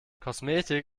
kosmetik